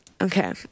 Okay